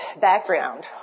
background